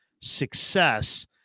success